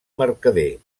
mercader